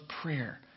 prayer